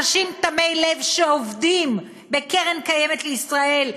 באנשים תמי לב שעובדים בקרן קיימת לישראל,